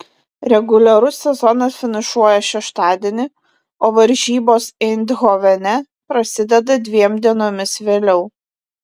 reguliarus sezonas finišuoja šeštadienį o varžybos eindhovene prasideda dviem dienomis vėliau